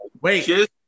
Wait